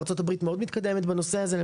ארצות הברית למשל מאוד מאוד מתקדמת בנושא הזה.